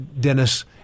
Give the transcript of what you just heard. Dennis